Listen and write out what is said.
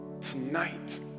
Tonight